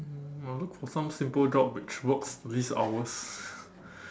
um I'll look for some simple job which works least hours